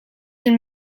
een